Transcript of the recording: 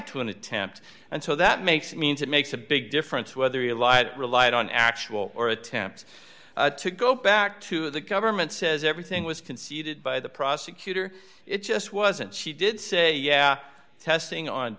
to an attempt and so that makes means it makes a big difference whether he lied relied on actual or attempts to go back to the government says everything was conceded by the prosecutor it just wasn't she did say yeah testing on